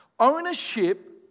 Ownership